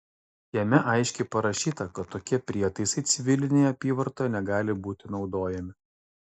jame aiškiai parašyta kad tokie prietaisai civilinėje apyvartoje negali būti naudojami